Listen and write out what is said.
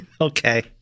Okay